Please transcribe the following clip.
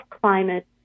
climate